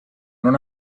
non